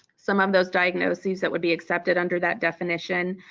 some of those diagnoses that would be accepted under that definition,